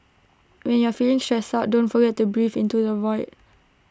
when you are feeling stressed out don't forget to breathe into the void